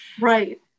Right